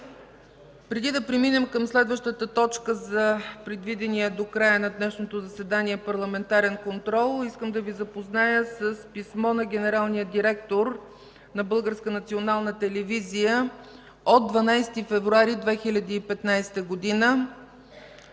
Преди да преминем към следващата точка за предвидения до края на днешното заседание парламентарен контрол, искам да Ви запозная с писмо на генералния директор на Българската национална